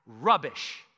Rubbish